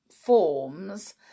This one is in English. forms